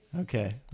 Okay